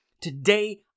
Today